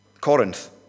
Corinth